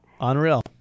Unreal